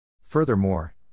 Furthermore